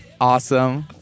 Awesome